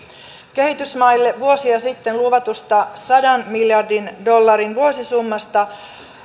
kehitysmaille vuosia sitten luvatusta sadan miljardin dollarin vuosisummasta